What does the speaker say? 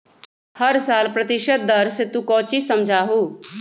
हर साल प्रतिशत दर से तू कौचि समझा हूँ